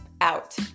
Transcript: out